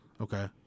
Okay